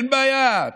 אין בעיה,